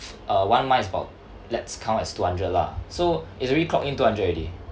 uh one month is about let's count as two hundred lah so it's already clock in two hundred already